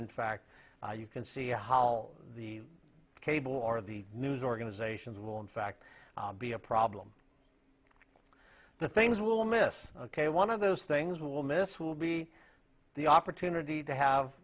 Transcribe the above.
in fact you can see how the cable or the news organizations will in fact be a problem the things we'll miss ok one of those things we will miss will be the opportunity to have